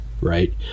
right